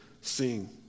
sing